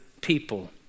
people